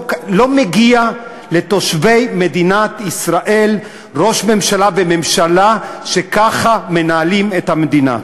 לא מגיע לתושבי מדינת ישראל ראש ממשלה וממשלה שככה מנהלים את המדינה.